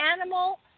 animal